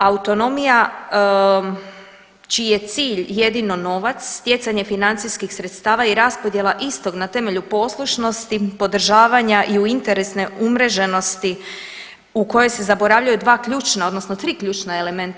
Autonomija čiji je cilj jedino novac, stjecanje financijskih sredstava i raspodjela istog na temelju poslušnosti, podržavanja i u interesne umreženosti u kojoj se zaboravljaju dva ključna, odnosno 3 ključna elementa.